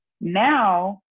Now